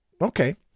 Okay